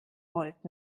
volt